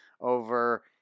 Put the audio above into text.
over